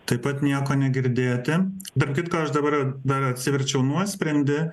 taip pat nieko negirdėti tarp kitko aš dabar dar atsiverčiau nuosprendį